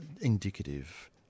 indicative